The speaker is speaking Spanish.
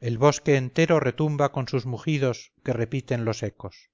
el bosque entero retumba con sus mugidos que repiten los ecos